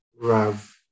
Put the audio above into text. Rav